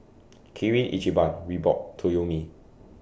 Kirin Ichiban Reebok Toyomi